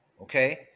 okay